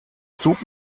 zug